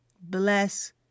Bless